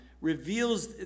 reveals